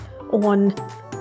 on